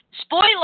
Spoiler